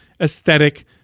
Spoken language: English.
aesthetic